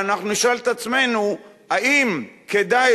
ואנחנו נשאל את עצמנו אם כדאי,